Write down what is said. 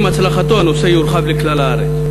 עם הצלחתו הנושא יורחב לכלל הארץ.